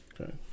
okay